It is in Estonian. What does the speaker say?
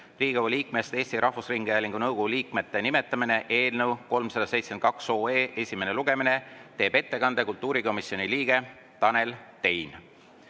"Riigikogu liikmest Eesti Rahvusringhäälingu nõukogu liikme nimetamine" eelnõu 372 esimene lugemine, teeb ettekande kultuurikomisjoni liige Tanel Tein.